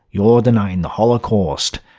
you're denying the holocaust.